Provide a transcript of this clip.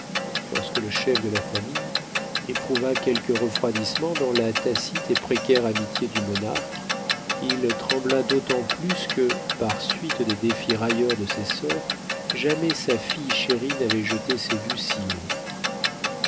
lorsque le chef de la famille éprouva quelque refroidissement dans la tacite et précaire amitié du monarque il trembla d'autant plus que par suite des défis railleurs de ses soeurs jamais sa fille chérie n'avait jeté ses vues si haut